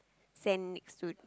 sand next to